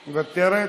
מוותרת.